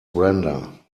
brenda